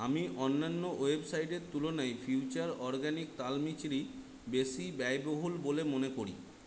আমি অন্যান্য ওয়েবসাইটের তুলনায় ফিউচার অরগানিক্স তালমিছরি বেশি ব্যয়বহুল বলে মনে করি